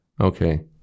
Okay